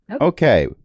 Okay